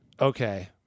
Okay